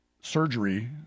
surgery